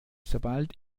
sobald